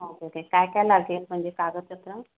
हो ओके काय काय लागेल म्हणजे कागदपत्रं